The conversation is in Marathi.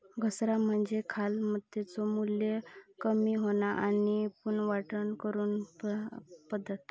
घसारा म्हणजे मालमत्तेचो मू्ल्य कमी होणा आणि पुनर्वाटप करूची पद्धत